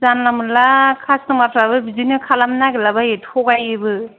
जानला मोनला कास्टमारफोराबो बिदिनो खालामनो नागेरलाबायो थगायोबो